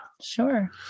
Sure